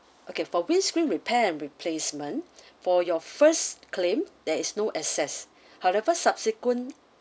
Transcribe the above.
okay for windscreen repair and replacement for your first claim there is no access however subsequent